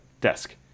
desk